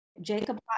Jacob